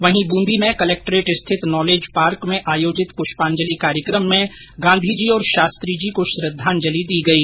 वहीं ब्रंदी में कलेक्ट्रेट स्थित नॉलेज पार्क में आयोजित पुष्पांजलि कार्यक्रम में गांधीजी और शास्त्री जी को श्रद्वांजलि दी गई